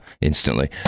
instantly